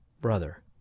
Brother